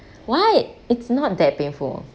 why it's not that painful